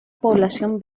población